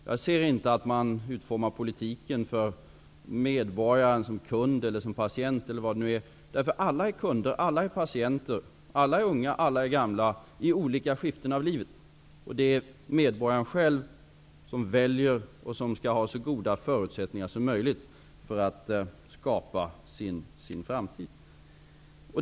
Jag ser inte att man utformar politiken för medborgaren som t.ex. kund eller patient, därför att alla är kunder, alla är patienter, alla är unga och alla är gamla i olika skeden av livet. Det är medborgaren själv som väljer och som skall ha så goda förutsättningar som möjligt för att skapa sin framtid.